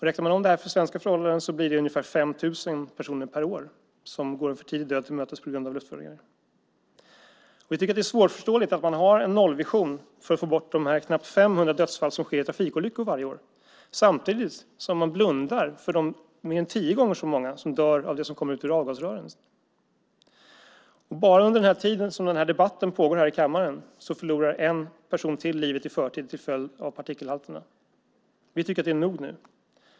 Räknar man om det till svenska förhållanden blir det ungefär 5 000 människor som varje år går en för tidig död till mötes på grund av luftföroreningar. Vi tycker att det är svårförståeligt att man har en nollvision för att få bort de knappt 500 dödsfall som varje år sker i trafikolyckor samtidigt som man blundar för de mer än tio gånger så många som dör av det som kommer ut ur avgasrören. Bara under den tid som denna debatt pågår i kammaren förlorar ytterligare en person livet i förtid till följd av partikelhalterna. Vi tycker att det räcker nu.